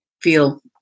feel